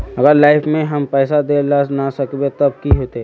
अगर लाइफ में हम पैसा दे ला ना सकबे तब की होते?